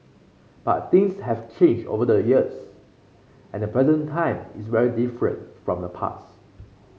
but things have changed over the years and the present time is very different from the past